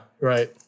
right